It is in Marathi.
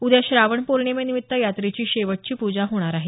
उद्या श्रावण पोर्णिमेनिमित्त यात्रेची शेवटची प्रजा होणार आहे